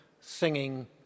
singing